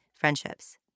friendships